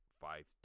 five